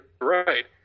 right